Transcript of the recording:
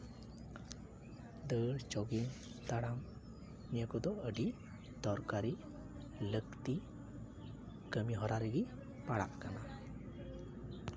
ᱫᱟᱹᱲ ᱡᱳᱜᱤᱝ ᱛᱟᱲᱟᱢ ᱱᱤᱭᱟᱹ ᱠᱚᱫᱚ ᱟᱹᱰᱤ ᱫᱚᱨᱠᱟᱨᱤ ᱞᱟᱹᱠᱛᱤ ᱠᱟᱹᱢᱤᱦᱚᱨᱟ ᱨᱮᱜᱮ ᱯᱟᱲᱟᱜ ᱠᱟᱱᱟ